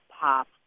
pop